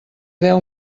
deu